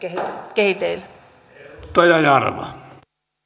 kehitteillä